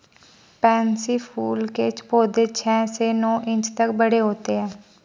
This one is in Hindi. पैन्सी फूल के पौधे छह से नौ इंच तक बड़े होते हैं